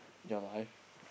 in your life